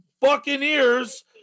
Buccaneers